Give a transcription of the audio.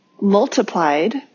multiplied